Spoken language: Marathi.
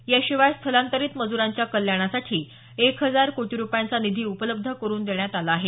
याशिवाय स्थलांतरित मज्रांच्या कल्याणासाठी एक हजार कोटी रूपयांचा निधी उपलब्ध करून देण्यात आला आहे